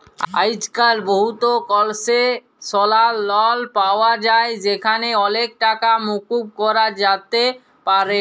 আইজক্যাল বহুত কলসেসলাল লন পাওয়া যায় যেখালে অলেক টাকা মুকুব ক্যরা যাতে পারে